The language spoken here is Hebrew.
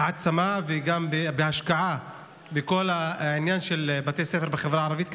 להעצמה וגם להשקעה בכל בתי הספר בחברה הערבית.